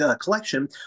collection